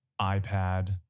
iPad